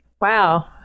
wow